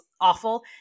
awful